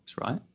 right